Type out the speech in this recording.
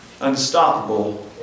unstoppable